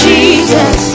Jesus